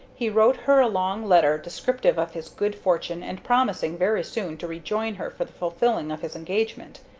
he wrote her a long letter descriptive of his good-fortune and promising very soon to rejoin her for the fulfilling of his engagement.